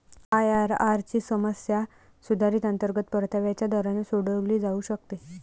IRR ची समस्या सुधारित अंतर्गत परताव्याच्या दराने सोडवली जाऊ शकते